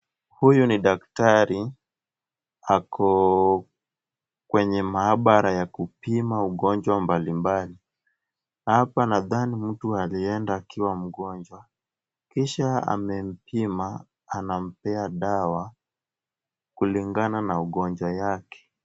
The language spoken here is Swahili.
Huyu ni daktari ako kwenye maabara ya kupima ugonjwa mbalimbali. Hapa nadhani mtu alienda akiwa mgonjwa kisha amempima anampea dawa kulingana na ugonjwa yake.